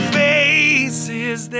faces